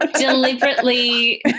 deliberately